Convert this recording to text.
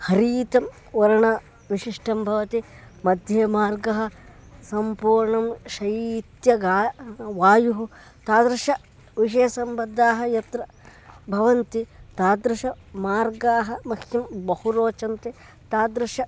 हरितवर्णः विशिष्टः भवति मध्ये मार्गः सम्पूर्णं शैत्येन गा वायुः तादृशाः विषयसम्बद्धाः यत्र भवन्ति तादृशमार्गाः मह्यं बहु रोचन्ते तादृशे